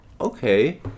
Okay